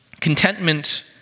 Contentment